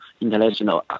international